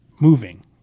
moving